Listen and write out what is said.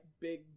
big